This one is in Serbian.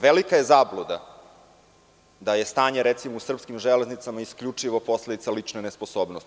Velika je zabluda da je stanje, recimo, u srpskim „Železnicama“ isključivo posledica lične nesposobnosti.